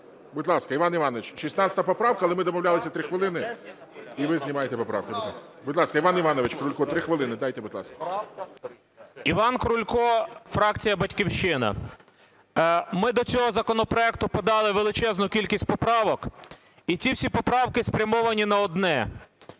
Будь ласка, Іван Іванович, 16 поправка. Але ми домовлялися – 3 хвилини і ви знімаєте поправку. Будь ласка, Іван Іванович Крулько. 3 хвилини дайте, будь ласка. 12:55:36 КРУЛЬКО І.І. Іван Крулько, фракція "Батьківщина". Ми до цього законопроекту подали величезну кількість поправок. І ці всі поправки спрямовані на одне.